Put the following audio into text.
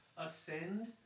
ascend